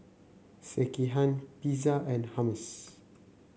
Sekihan Pizza and Hummus